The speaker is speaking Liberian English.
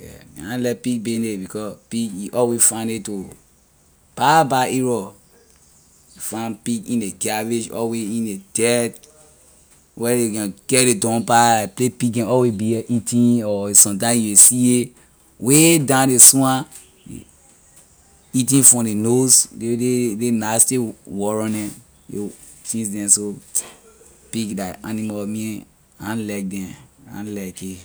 yeah I na like pig business because pig you always find it to bad bad area you find pig in ley garbage always in ley dirt where ley can get ley dump pah la ley place pig can always be eating or sometime you will see a way down ley swamp eating from ley nose ley ley ley nasty worom neh you see them so pig la animal me I na like them I na like it.